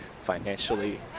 financially